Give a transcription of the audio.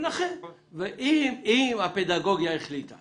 אם הפדגוגיה החליטה